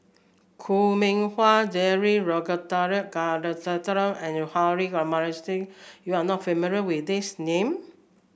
Koh Mui Hiang Julie Ragunathar Kanagasuntheram and Harun Aminurrashid you are not familiar with these name